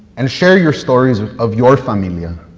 and share your stories of your familia,